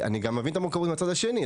אני מבין גם את המורכבות מהצד השני.